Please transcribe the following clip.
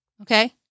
okay